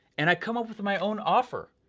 and i come up with my own offer.